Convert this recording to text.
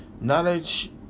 Knowledge